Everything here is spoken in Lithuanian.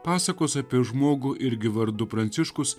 pasakos apie žmogų irgi vardu pranciškus